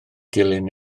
dilyn